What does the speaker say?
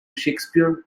shakespeare